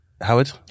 Howard